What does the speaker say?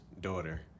daughter